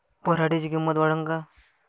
पराटीची किंमत वाढन का?